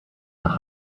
nach